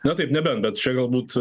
na taip nebent bet čia galbūt